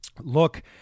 Look